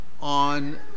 on